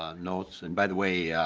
ah notes and by the way